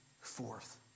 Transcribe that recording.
forth